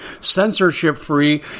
censorship-free